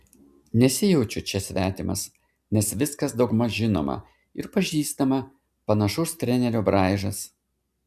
nesijaučiu čia svetimas nes viskas daugmaž žinoma ir pažįstama panašus trenerio braižas